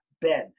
Ben